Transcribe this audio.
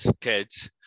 kids